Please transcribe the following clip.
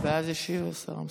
ואז ישיב השר אמסלם.